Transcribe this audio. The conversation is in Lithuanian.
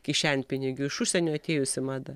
kišenpinigių iš užsienio atėjusi mada